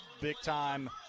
big-time